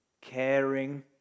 caring